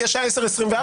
כי השעה היא 10:24